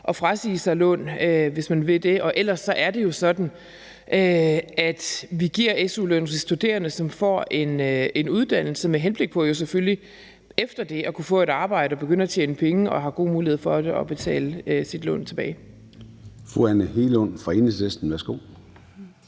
at frasige sig lån, hvis man vil det. Ellers er det sådan, at vi giver su-lån til studerende, som får en uddannelse med henblik på jo selvfølgelig efter det at kunne få et arbejde, begynde at tjene penge og have gode muligheder for at betale sit lån tilbage.